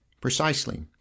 Precisely